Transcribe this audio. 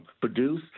produce